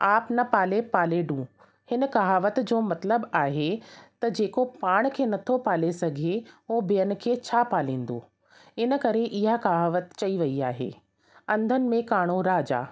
आप न पाले पाले डूं हिन कहावत जो मतिलबु आहे त जेको पाण खे नथो पाले सघे उहो ॿियनि खे छा पालींदो इन करे इहा कहावत चई वई आहे अंधनि में काणो राजा